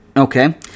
Okay